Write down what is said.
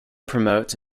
promotes